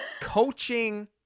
coaching